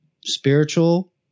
spiritual